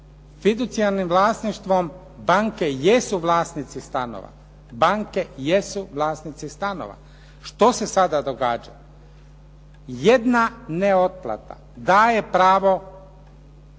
jesu vlasnici stanova, banke jesu vlasnici stanova. Što se sada događa? Jedna neotplata daje pravo